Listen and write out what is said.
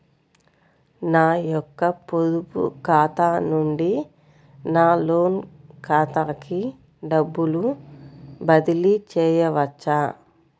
నా యొక్క పొదుపు ఖాతా నుండి నా లోన్ ఖాతాకి డబ్బులు బదిలీ చేయవచ్చా?